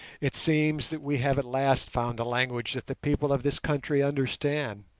it seems that we have at last found a language that the people of this country understand